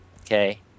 Okay